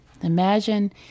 Imagine